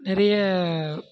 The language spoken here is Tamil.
நிறைய